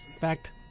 fact